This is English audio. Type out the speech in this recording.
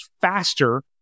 faster